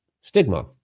stigma